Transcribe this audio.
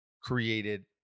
created